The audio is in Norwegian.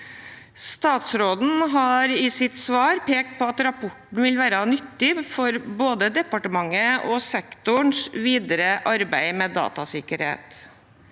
Statsråden har i sitt svar pekt på at rapporten vil være nyttig for både departementet og sektorens videre arbeid med datasikkerhet.